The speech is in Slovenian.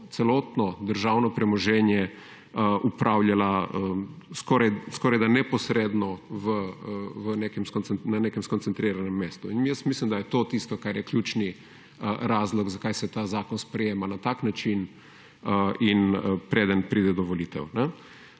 celotno državno premoženje upravljala skorajda neposredno na nekem skoncentriranem mestu in jaz mislim, da je to tisto kar je ključni razlog zakaj se ta zakon sprejema na tak način in preden pride do volitev.